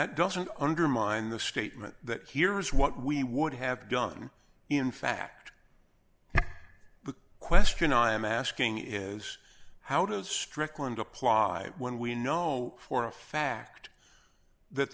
that doesn't undermine the statement that here is what we would have done in fact the question i am asking is how does strickland apply when we know for a fact that